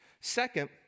Second